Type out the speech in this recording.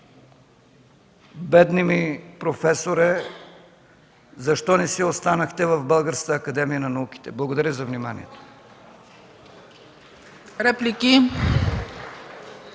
„Бедни ми професоре, защо не си останахте в Българската академия на науките?”. Благодаря за вниманието.